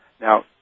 Now